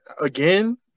again